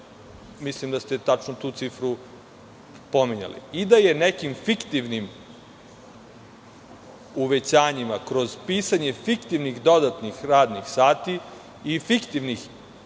mislim da ste tačno tu cifru pominjali, i da je nekim fiktivnim uvećanjima, kroz pisanje fiktivnih, dodatnih radnih sati i fiktivnih